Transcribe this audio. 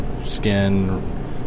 skin